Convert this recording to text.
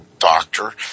doctor